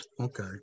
Okay